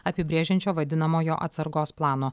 apibrėžiančio vadinamojo atsargos plano